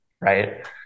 Right